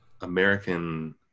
American